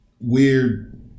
weird